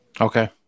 Okay